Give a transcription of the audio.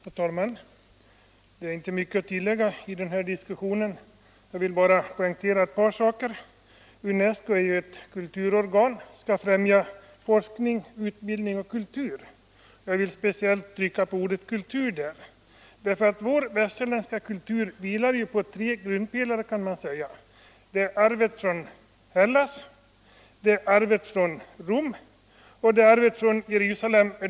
Herr talman! Det är inte mycket att tillägga i denna diskussion. Jag vill bara poängtera ett par saker. UNESCO är ju ett organ som skali främja forskning, utbildning och kultur. Jag understryker ordet kultur alldeles speciellt, eftersom man kan säga att vår västerländska kultur vilar på tre grundpelare: arvet från Hellas, arvet från Rom och arvet från !ferusalem.